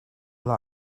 that